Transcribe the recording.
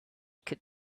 could